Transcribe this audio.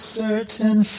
certain